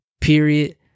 period